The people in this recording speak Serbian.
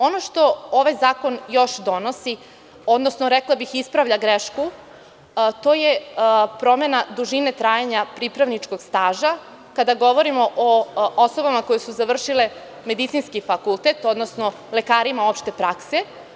Ono što ovaj zakon još donosi, odnosno rekla bih ispravlja grešku, to je promena dužine trajanja pripravničkog staža kada govorimo o osobama koje su završile medicinski fakultet, odnosno o lekarima opšte prakse.